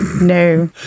No